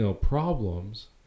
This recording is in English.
problems